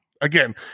again